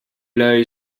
l’œil